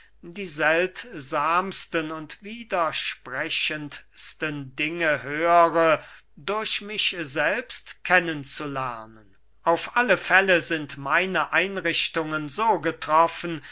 die seltsamsten und widersprechendsten dinge höre durch mich selbst kennen zu lernen auf alle fälle sind meine einrichungen so getroffen